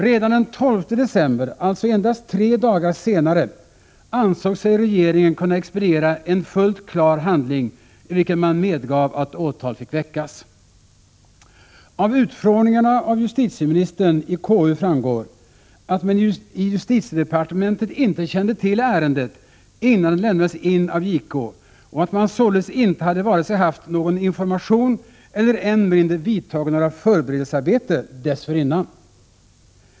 Redan den 12 december, alltså endast tre dagar senare, ansåg sig regeringen kunna expediera en fullt klar handling, i vilken man medgav att åtal fick väckas. Av utfrågningarna av justitieministern i KU framgår att man i justitiedepartementet inte kände till ärendet innan det lämnades in av JK och att man således inte hade vare sig haft någon information eller än mindre vidtagit något förberedelsearbete dessförinnan.